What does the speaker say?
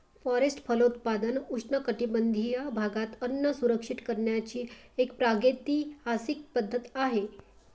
forest फलोत्पादन उष्णकटिबंधीय भागात अन्न सुरक्षित करण्याची एक प्रागैतिहासिक पद्धत आहे